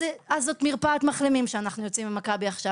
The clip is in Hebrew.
אז זה מהלך של מרפאת מחלימים שאנחנו יוצאים אליו עם מכבי עכשיו,